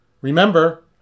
Remember